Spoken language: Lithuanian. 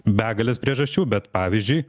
begalės priežasčių bet pavyzdžiui